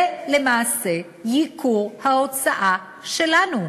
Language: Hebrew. זה ייקור ההוצאה שלנו.